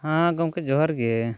ᱦᱮᱸ ᱜᱚᱢᱠᱮ ᱡᱚᱦᱟᱨ ᱜᱮ